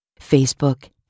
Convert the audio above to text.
Facebook